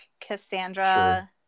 Cassandra